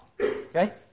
Okay